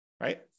right